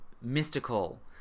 mystical